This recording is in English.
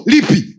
Lipi